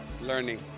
Learning